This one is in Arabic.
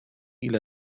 إلى